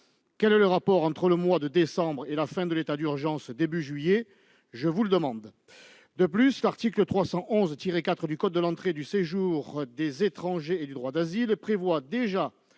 Quel est le rapport entre le mois de décembre et la fin de l'état d'urgence début juillet ? On se le demande ! De plus, l'article L. 311-4 code de l'entrée et du séjour des étrangers et du droit d'asile prévoit déjà